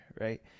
right